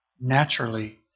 naturally